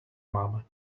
mum